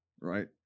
Right